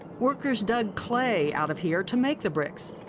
workers dug clay out of here to make the bricks,